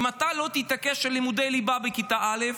אם אתה לא תתעקש על לימודי ליבה בכיתה א',